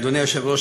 אדוני היושב-ראש,